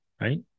right